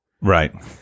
Right